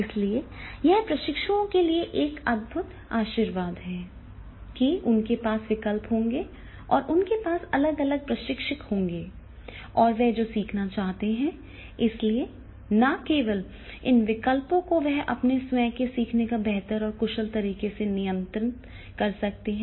इसलिए यह प्रशिक्षुओं के लिए एक अद्भुत आशीर्वाद है कि उनके पास विकल्प होंगे और उनके पास अलग अलग प्रशिक्षक होंगे और वह जो सीखना चाहते हैं और इसलिए न केवल इन विकल्पों को वह अपने स्वयं के सीखने को बेहतर और कुशल तरीके से नियंत्रित कर सकते हैं